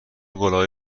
گلابی